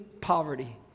poverty